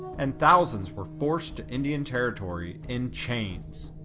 and thousands were forced to indian territory in chains.